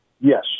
Yes